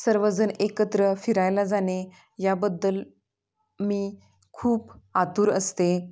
सर्व जण एकत्र फिरायला जाणे ह्याबद्दल मी खूप आतुर असते